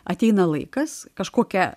ateina laikas kažkokia